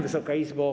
Wysoka Izbo!